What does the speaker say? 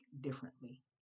differently